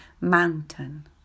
mountain